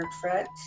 Fret